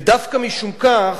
ודווקא משום כך,